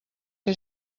que